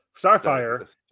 Starfire